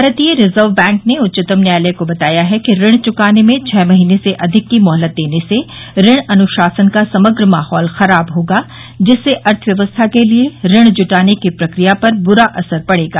भारतीय reserve bank ने उच्चतम न्यायालय को बताया है कि ऋण चुकाने में छः महीने से अधिक की मोहलत देने से ऋण अनुशासन का समग्र माहौल खराब होगा जिससे अर्थव्यवस्था के लिए ऋण जुटाने की प्रक्रिया पर बुरा असर पडेगा